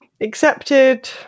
accepted